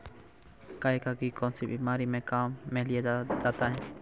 गाय का घी कौनसी बीमारी में काम में लिया जाता है?